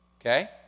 Okay